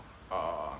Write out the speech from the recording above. uh